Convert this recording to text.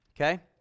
okay